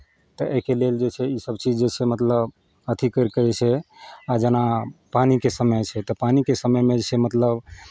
तऽ एहिके लेल जे छै इसभ चीज जे छै मतलब अथि करि कऽ जे छै आ जेना पानिके समय छै तऽ पानिके समयमे जे छै मतलब